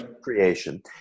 creation